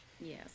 Yes